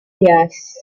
yes